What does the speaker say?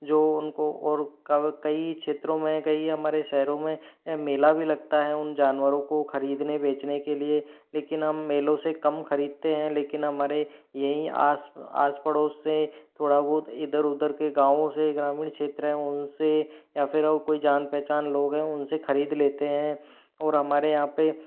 जो उनको और कई क्षेत्रों में कई हमारे शहरों में मेला भी लगता है उन जानवरों को ख़रीदने बेचने के लिए लेकिन हम मेलों से कम ख़रीदते हैं लेकिन हमारे यहीं आस आस पड़ोस से थोड़ा बहुत इधर उधर के गाँवों से ग्रामीण क्षेत्र हैं उन से या फिर और कोई जान पहचान लोग हैं उन से ख़रीद लेते हैं और हमारे यहाँ पर